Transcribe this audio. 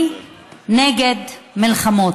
אני נגד מלחמות,